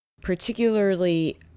particularly